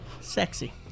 sexy